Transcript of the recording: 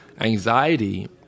Anxiety